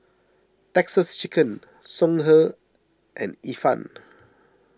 Texas Chicken Songhe and Ifan